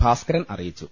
ഭാസ്കരൻ അറിയിച്ചു